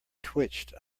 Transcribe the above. twitched